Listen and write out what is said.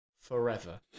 forever